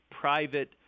private